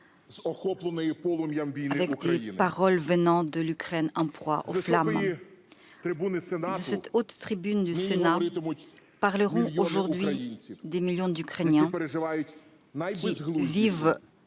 les paroles de l'Ukraine en proie aux flammes. Depuis cette haute tribune du Sénat parleront aujourd'hui des millions d'Ukrainiens qui vivent